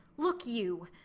look you,